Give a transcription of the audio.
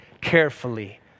carefully